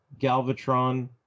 Galvatron